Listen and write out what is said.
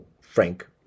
Frank